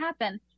happen